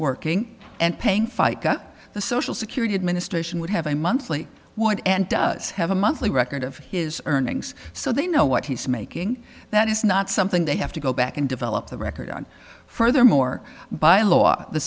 working and paying fica the social security administration would have a monthly one and does have a monthly record of his earnings so they know what he's making that is not something they have to go back and develop the record on furthermore by law the